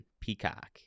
Peacock